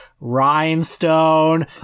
Rhinestone